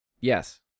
Yes